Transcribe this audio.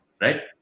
Right